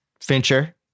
Fincher